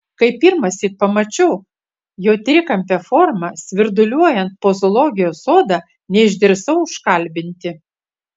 kai pirmąsyk pamačiau jo trikampę formą svirduliuojant po zoologijos sodą neišdrįsau užkalbinti